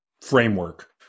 framework